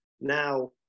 Now